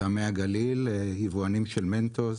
טעמי הגליל, יבואנים של מנטוס.